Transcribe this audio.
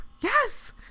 Yes